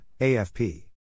AFP